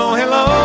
hello